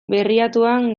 berriatuan